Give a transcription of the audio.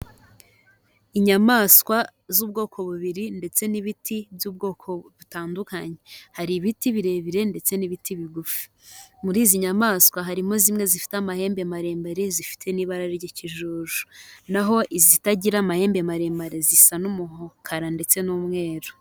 Inyamaswa z'ubwoko bubiri ndetse n'ibiti by'ubwoko butandukanye, hari ibiti birebire ndetse n'ibiti bigufi. Muri izi nyamaswa harimo zimwe zifite amahembe maremare zifite n'ibara ry'ikijuju. Naho izitagira amahembe maremare zisa n'umukara ndetse n'umweru.